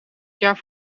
jaar